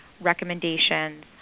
recommendations